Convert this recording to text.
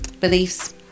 beliefs